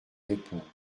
réponse